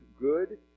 good